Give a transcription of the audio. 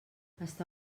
està